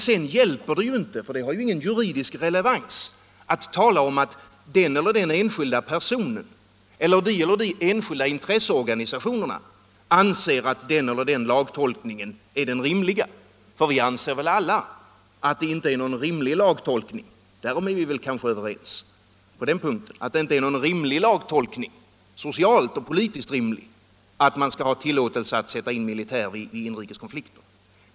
Sedan hjälper det inte, därför att det inte har någon juridisk relevans, att tala om att den eller den enskilda personen eller de och de enskilda intresseorganisationerna anser att den eller den lagtolkningen är den rimliga. Vi anser väl alla att det socialt och politiskt inte är någon rimlig lagtolkning att man har tillåtelse att sätta in militär vid inrikeskonflikter.